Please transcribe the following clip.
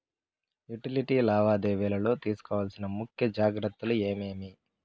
Utility లావాదేవీల లో తీసుకోవాల్సిన ముఖ్య జాగ్రత్తలు ఏమేమి?